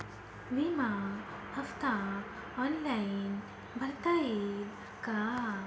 विमा हफ्ता ऑनलाईन भरता येईल का?